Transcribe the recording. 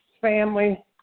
family